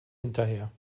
hinterher